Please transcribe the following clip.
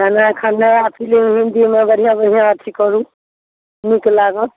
छलै अखन नया फिल्म हिन्दीमे बढ़िऑं बढ़िऑं अथी करू नीक लागत